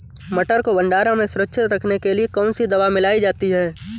मटर को भंडारण में सुरक्षित रखने के लिए कौन सी दवा मिलाई जाती है?